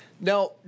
Now